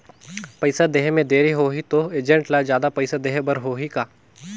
पइसा देहे मे देरी होही तो एजेंट ला जादा पइसा देही बर होही का?